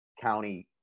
county